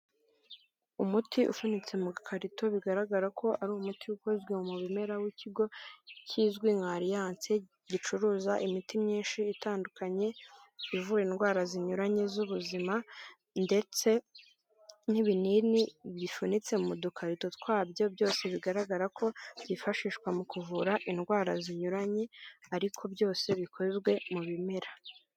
Umuti ufunitse mu gakarito bigaragara ko ari umuti ukozwe mu bimera w'ikigo kizwi nka Aliance gicuruza imiti myinshi itandukanye ivura indwara zinyuranye z'ubuzima ndetse n'ibinini bifunitse mu dukarito twabyo, byose bigaragara ko byifashishwa mu kuvura indwara zinyuranye ariko byose bikorwe mu bimera.